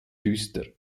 düster